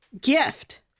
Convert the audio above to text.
gift